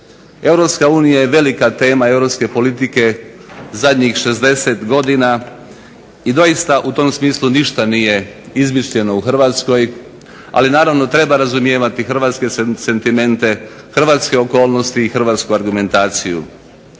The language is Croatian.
Europska unija je velika tema europske politike zadnjih 60 godina i doista u tom smislu ništa nije izmišljeno u Hrvatskoj, ali naravno treba razumijevati hrvatske sentimente, hrvatske okolnosti i hrvatsku argumentaciju.